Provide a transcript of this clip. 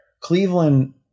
Cleveland